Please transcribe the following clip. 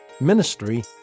ministry